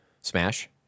Smash